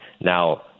Now